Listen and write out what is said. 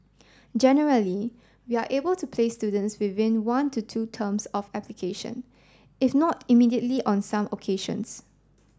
generally we are able to place students within one to two terms of application if not immediately on some occasions